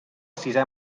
sisé